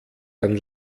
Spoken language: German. dann